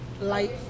light